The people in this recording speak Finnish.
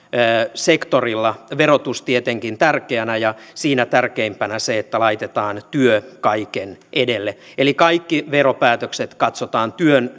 sektorilla verotus on tietenkin tärkeänä ja siinä tärkeimpänä on se että laitetaan työ kaiken edelle eli kaikki veropäätökset katsotaan työn